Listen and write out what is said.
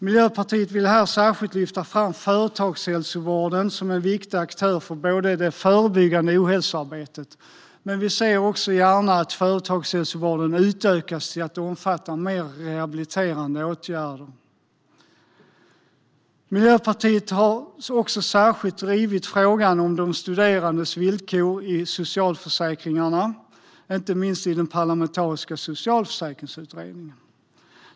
Miljöpartiet vill här särskilt lyfta fram företagshälsovården som en viktig aktör för det förebyggande ohälsoarbetet, men vi ser gärna att företagshälsovården utökas till att omfatta mer rehabiliterande åtgärder. Miljöpartiet har särskilt drivit frågan om de studerandes villkor i socialförsäkringarna, inte minst i den parlamentariska socialförsäkringsutredningen.